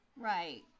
Right